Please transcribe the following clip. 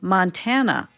Montana